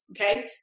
okay